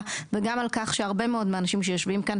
וגם על כך שהרבה מאוד מהאנשים שיושבים כאן,